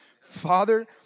Father